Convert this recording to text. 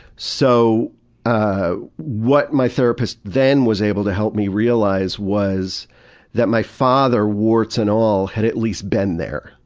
so ah what my therapist then was able to help me realize was that my father, warts and all, had at least been there,